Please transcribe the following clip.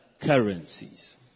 currencies